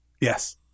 Yes